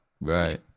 Right